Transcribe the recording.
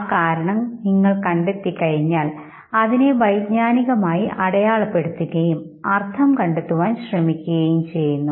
ആ കാരണം നിങ്ങൾ കണ്ടെത്തി കഴിഞ്ഞാൽ അതിനെ വൈജ്ഞാനികമായി അടയാളപ്പെടുത്തുകയും അർത്ഥം കണ്ടെത്തുവാൻ ശ്രമിക്കുകയും ചെയ്യുന്നു